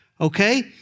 okay